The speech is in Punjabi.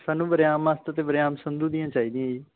ਸਾਨੂੰ ਵਰਿਆਮ ਮਸਤ ਅਤੇ ਵਰਿਆਮ ਸੰਧੂ ਦੀਆਂ ਚਾਹੀਦੀਆਂ ਹੈ ਜੀ